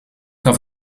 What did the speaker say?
gaf